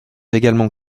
également